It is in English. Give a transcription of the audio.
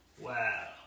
Wow